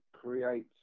create